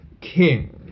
King